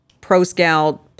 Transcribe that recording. pro-Scout